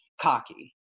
cocky